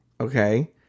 Okay